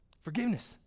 Forgiveness